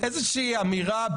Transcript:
בסדר?